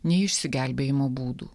nei išsigelbėjimo būdų